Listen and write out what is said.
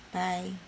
bye